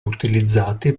utilizzati